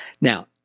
Now